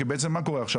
כי מה קורה עכשיו?